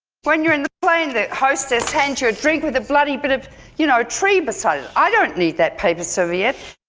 when you're in the plane, the hostess hands you a drink with a bloody bit of you know tree beside it! i don't need that paper serviette!